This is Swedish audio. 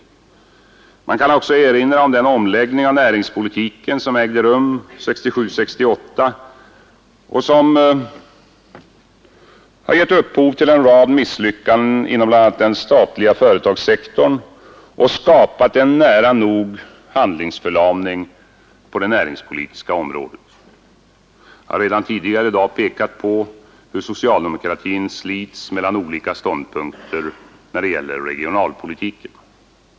Man kan också erinra om den omläggning av näringspolitiken som ägde rum 1967/68 och som har gett upphov till en rad misslyckanden inom bl.a. den statliga företagssektorn och skapat nära nog en handlingsförlamning på det näringspolitiska området. Jag har redan tidigare i dag pekat på hur socialdemokratin slits mellan olika ståndpunkter när det gäller regionalpolitiken.